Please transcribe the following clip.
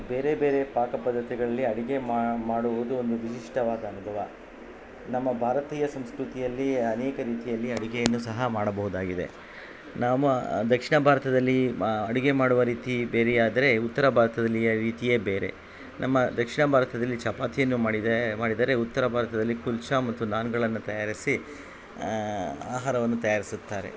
ಬೇರೆ ಬೇರೆ ಪಾಕ ಪದ್ಧತಿಗಳಲ್ಲಿ ಅಡುಗೆ ಮಾಡುವುದು ಒಂದು ವಿಶಿಷ್ಟವಾದ ಅನುಭವ ನಮ್ಮ ಭಾರತೀಯ ಸಂಸ್ಕೃತಿಯಲ್ಲಿ ಅನೇಕ ರೀತಿಯಲ್ಲಿ ಅಡುಗೆಯನ್ನು ಸಹ ಮಾಡಬೋದಾಗಿದೆ ನಮ ದಕ್ಷಿಣ ಭಾರತದಲ್ಲಿ ಮಾ ಅಡುಗೆ ಮಾಡುವ ರೀತಿ ಬೇರೆಯಾದರೆ ಉತ್ತರ ಭಾರತದಲ್ಲಿಯ ರೀತಿಯೇ ಬೇರೆ ನಮ್ಮ ದಕ್ಷಿಣ ಭಾರತದಲ್ಲಿ ಚಪಾತಿಯನ್ನು ಮಾಡಿದೆ ಮಾಡಿದರೆ ಉತ್ತರ ಭಾರತದಲ್ಲಿ ಕುಲ್ಚಾ ಮತ್ತು ನಾನ್ಗಳನ್ನು ತಯಾರಿಸಿ ಆಹಾರವನ್ನು ತಯಾರಿಸುತ್ತಾರೆ